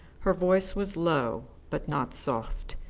her voice was low but not soft.